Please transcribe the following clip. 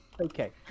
okay